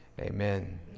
Amen